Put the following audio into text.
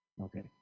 Okay